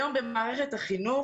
היום במערכת החינוך,